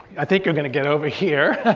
i think you're gonna get over here.